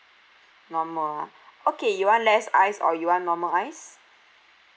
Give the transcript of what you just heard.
normal oh okay you want less ice or you want normal ice